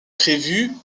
prévu